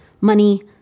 money